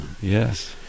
yes